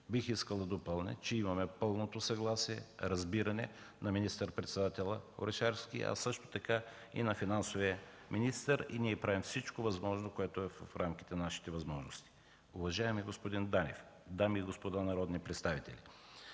Бих искал да допълня, че имаме пълното съгласие и разбиране на министър-председателя Орешарски, а също така и на финансовия министър и правим всичко възможно, което е в рамките на нашите възможности. Уважаеми господин Данев, дами и господа народни представители!